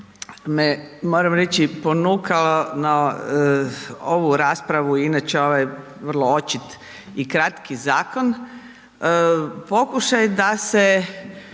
me, moram reći, ponukalo na ovu raspravu, inače ovo je vrlo očit i kratki zakon, pokušaj da se,